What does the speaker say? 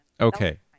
Okay